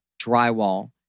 drywall